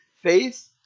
faith